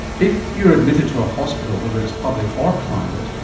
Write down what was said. if you're admitted to a hospital, whether it's public or private,